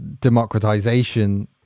democratization